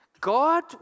God